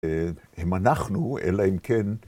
אם אנחנו, אלא אם כן.